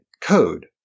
code